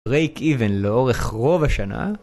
brake even לאורך רוב השנה?